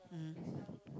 mmhmm